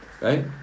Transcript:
right